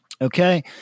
Okay